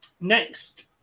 Next